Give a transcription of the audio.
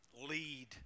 lead